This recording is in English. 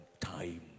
time